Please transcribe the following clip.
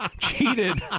cheated